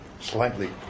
slightly